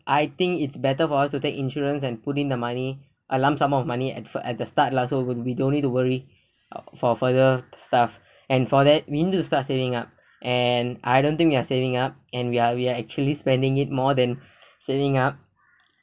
I think it's better for us to take insurance and put in the money a lump sum of money and for at the start lah so we we don't need to worry for further stuff and for that we need to start saving up and I don't think we are saving up and we're we're actually spending it more than saving up